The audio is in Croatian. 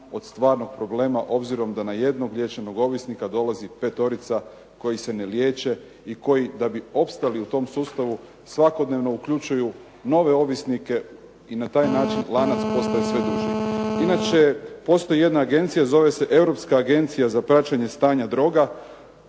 od stvarnog problema obzirom da na jednog liječenog ovisnika dolazi petorica koji se ne liječe, i koji da bi opstali u tom sustavu svakodnevno uključuju nove ovisnike i na taj način lanac postaje sve duži. Inače, postoji jedna agencija, zove se Europska agencija za praćenje stanja droga.